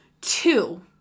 Two